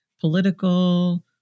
political